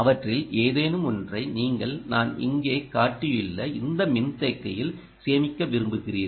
அவற்றில் ஏதேனும் ஒன்றை நீங்கள் நான் இங்கே காட்டியுள்ள இந்த மின்தேக்கியில் சேமிக்க விரும்புகிறீர்கள்